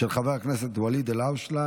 של ואליד אלהואשלה.